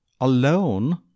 Alone